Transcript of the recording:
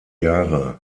jahre